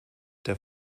der